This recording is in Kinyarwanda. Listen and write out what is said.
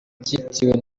cyitiriwe